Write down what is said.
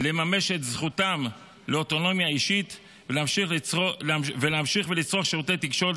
לממש את זכותם לאוטונומיה אישית ולהמשיך לצרוך שירותי תקשורת